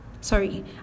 sorry